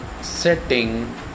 setting